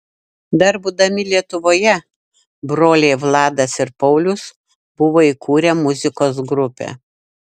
dar būdami lietuvoje broliai vladas ir paulius buvo įkūrę muzikos grupę